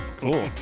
cool